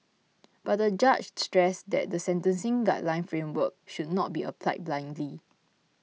but the judge stressed that the sentencing guideline framework should not be applied blindly